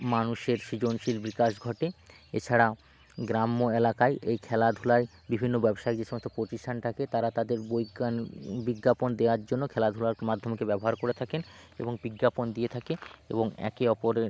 মানুষের সৃজনশীল বিকাশ ঘটে এছাড়া গ্রাম্য অ্যালাকায় এই খেলাধুলায় বিভিন্ন ব্যবসায়ী যে সমস্ত প্রতিষ্ঠান থাকে তারা তাদের বৈজ্ঞান বিজ্ঞাপন দেয়ার জন্য খেলাধুলার মাধ্যমকে ব্যবহার করে থাকেন এবং বিজ্ঞাপন দিয়ে থাকে এবং একে অপরের